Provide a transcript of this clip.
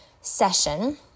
session